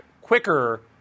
quicker